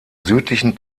südlichen